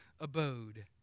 abode